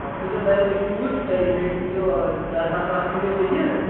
تُہۍ کھٔسۍزیٚو دَہہِ بجہِ توٗرۍ تُہۍ لیٚکھۍزیٚو درخاس اَکھ أنۍزیٚو لیٚکھِتھ